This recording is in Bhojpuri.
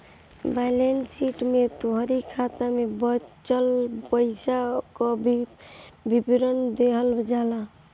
बैलेंस शीट में तोहरी खाता में बचल पईसा कअ विवरण देहल जाला